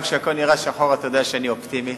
גם כשהכול נראה שחור, אתה יודע שאני אופטימי